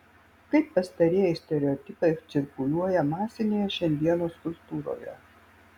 kaip pastarieji stereotipai cirkuliuoja masinėje šiandienos kultūroje